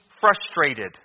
frustrated